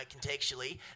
contextually